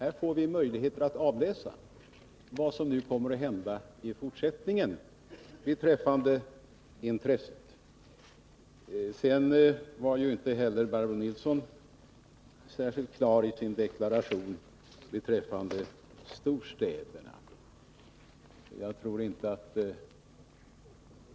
Vi får möjligheter att avläsa vad som kommer att hända i fortsättningen beträffande intresset. Jag tror att man kan säga att inte heller Barbro Nilsson var särskilt klar i sin deklaration beträffande storstäderna.